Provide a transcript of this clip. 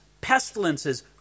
pestilences